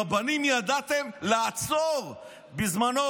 רבנים ידעתם לעצור בזמנו,